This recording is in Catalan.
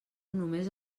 només